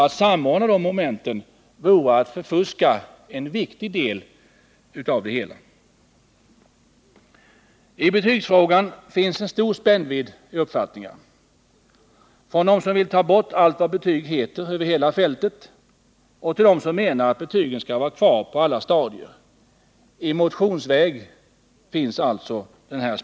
Att samordna dessa moment vore att förfuska en viktig del av det hela. I betygsfrågan finns i motionerna en stor spännvidd mellan uppfattningarna — från dem som vill ta bort allt vad betyg heter över hela fältet till dem som menar att betygen skall vara kvar på alla stadier.